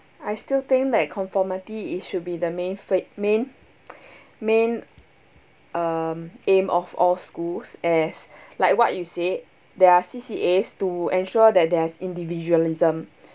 I still think that conformity it should be the main fac~ main main um aim of all schools as like what you said there are C_C_As to ensure that there's individualism